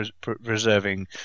preserving